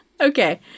Okay